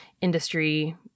industry